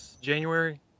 January